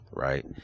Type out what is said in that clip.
right